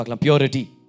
Purity